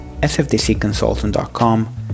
sfdcconsultant.com